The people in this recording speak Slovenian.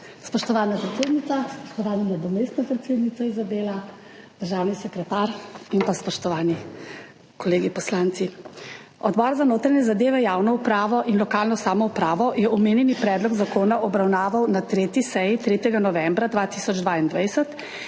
Spoštovana predsednica, spoštovana nadomestna predsednica Izabela, državni sekretar in spoštovani kolegi poslanci! Odbor za notranje zadeve, javno upravo in lokalno samoupravo je omenjeni predlog zakona obravnaval na 3. seji 3. novembra 2022,